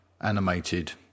animated